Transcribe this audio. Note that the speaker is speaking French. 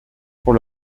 pour